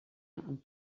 amb